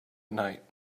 night